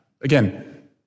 Again